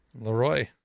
Leroy